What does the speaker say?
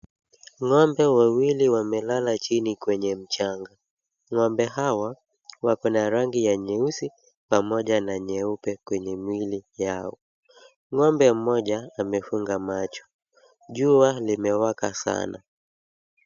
Ng'ombe wawili wamelala chini kwenye mchanga. Ng'ombe hawa wako na rangi ya nyeusi pamoja na nyeupe kwenye mwili yao. Ng'ombe mmoja amefunga macho. Jua limewaka sana.